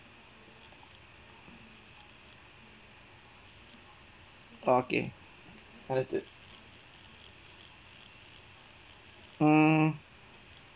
okay understood um